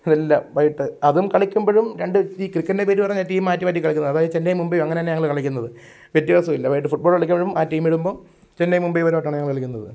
എല്ലാം വൈകീട്ട് അതും കളിക്കുമ്പോഴും രണ്ട് ഈ ക്രിക്കറ്റിൻ്റെ പേര് പറഞ്ഞാൽ ടീം മാറ്റി മാറ്റി കളിക്കുന്നത് അതായത് ചെന്നൈ മുംബൈ അങ്ങനെതന്നെയാ ഞങ്ങൾ കളിക്കുന്നത് വ്യത്യാസമില്ല ഫുട്ബോൾ കളിക്കുമ്പോഴും ആ ടീമിടുമ്പോൾ ചെന്നൈ മുംബൈ പേരുമായിട്ടാണ് ഞങ്ങൾ കളിക്കുന്നത്